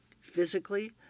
physically